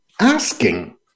asking